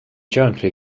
jointly